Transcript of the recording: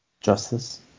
Justice